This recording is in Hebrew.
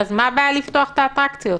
אז מה הבעיה לפתוח את האטרקציות?